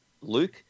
Luke